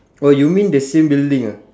oh you mean the same building ah